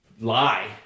lie